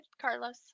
Carlos